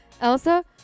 Elsa